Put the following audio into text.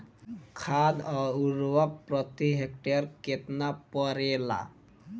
खाद व उर्वरक प्रति हेक्टेयर केतना परेला?